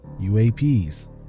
UAPs